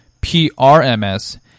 PRMS